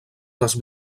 les